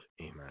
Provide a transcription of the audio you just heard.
Amen